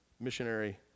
missionary